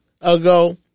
ago